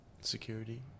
security